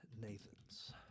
Nathan's